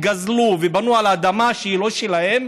גזלו ובנו על אדמה שהיא לא שלהם.